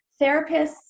therapists